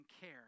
care